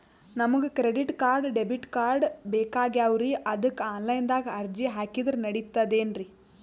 ನಮಗ credit card, debit card ಬೇಕಾಗ್ಯಾವ್ರೀ ಅದಕ್ಕ ಆನಲೈನದಾಗ ಅರ್ಜಿ ಹಾಕಿದ್ರ ನಡಿತದೇನ್ರಿ?